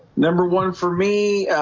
number one for me